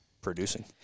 producing